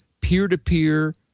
peer-to-peer